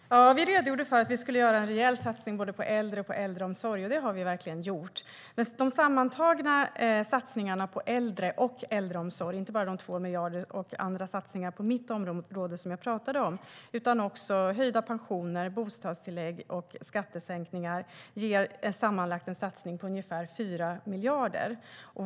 Herr talman! Vi redogjorde för att vi skulle göra en rejäl satsning både på äldre och på äldreomsorg, och det har vi verkligen gjort. De sammanlagda satsningarna på äldre och äldreomsorg är på 4 miljarder. Det handlar inte bara om de 2 miljarderna och de andra satsningarna på mitt område som jag talade om utan också om höjda pensioner, höjt bostadstillägg och skattesänkningar.